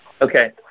Okay